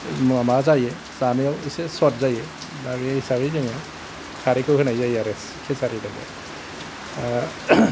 मामा जायो जानायाव एसे स्वाद जायो दा बे हिसाबै जोङो खारैखौ होनाय जायो आरो खेचारियाव